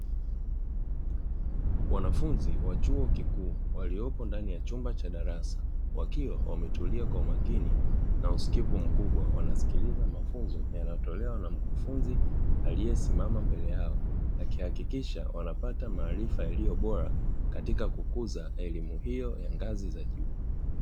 Wanafunzi wa chuo kikuu waliopo ndani ya chumba cha darasa wakiwa wametulia kwa makini na usikivu mkubwa wanasikiliza mafunzo yanayotolewa na mkufunzi aliyesimama mbele yao, akihakikisha wanapata maarifa yaliyo bora katika kukuza elimu hiyo ya ngazi za juu.